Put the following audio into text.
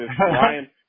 Ryan